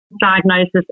diagnosis